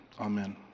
amen